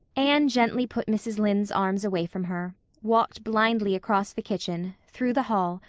anne gently put mrs. lynde's arms away from her, walked blindly across the kitchen, through the hall,